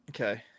Okay